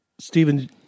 Stephen